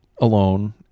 alone